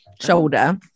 shoulder